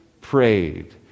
prayed